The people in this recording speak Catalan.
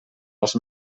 els